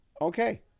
Okay